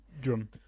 drum